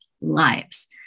lives